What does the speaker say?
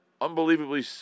Unbelievably